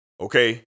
Okay